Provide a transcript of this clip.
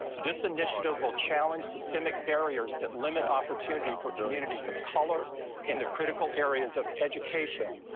this initiative will challenge systemic barriers that limit opportunity for communities of color in the critical areas of education,